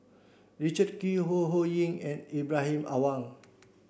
Richard Kee Ho Ho Ying and Ibrahim Awang